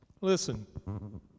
Listen